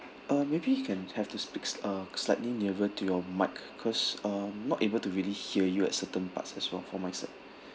uh maybe you can have to speaks uh slightly nearer to your mic cause um not able to really hear you at certain parts as well for myself